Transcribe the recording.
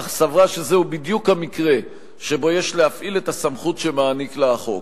אך סברה שזהו בדיוק המקרה שבו יש להפעיל את הסמכות שמעניק לה החוק.